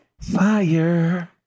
fire